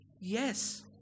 Yes